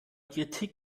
kritik